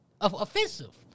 offensive